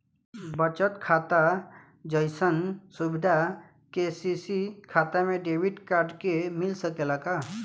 बचत खाता जइसन सुविधा के.सी.सी खाता में डेबिट कार्ड के मिल सकेला का?